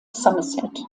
somerset